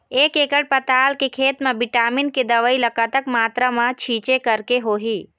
एक एकड़ पताल के खेत मा विटामिन के दवई ला कतक मात्रा मा छीचें करके होही?